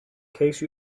case